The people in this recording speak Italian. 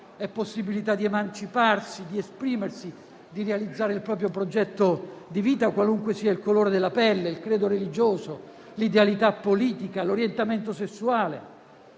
è possibilità di emanciparsi, di esprimersi, di realizzare il proprio progetto di vita, qualunque sia il colore della pelle, il credo religioso, l'idealità politica, l'orientamento sessuale.